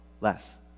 less